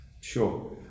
Sure